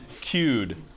cued